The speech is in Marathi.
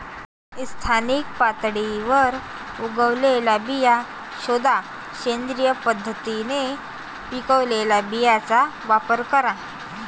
स्थानिक पातळीवर उगवलेल्या बिया शोधा, सेंद्रिय पद्धतीने पिकवलेल्या बियांचा वापर करा